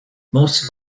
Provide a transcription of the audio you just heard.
most